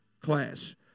class